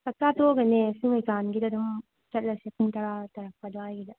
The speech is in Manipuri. ꯆꯥꯛ ꯆꯥ ꯇꯣꯛꯑꯒꯅꯦ ꯁꯨꯝꯒꯩꯀꯥꯟꯒꯤꯗ ꯑꯗꯨꯝ ꯆꯠꯂꯁꯦ ꯄꯨꯡ ꯇꯔꯥ ꯇꯥꯔꯛꯄ ꯑꯗ꯭ꯋꯥꯏꯒꯤꯗ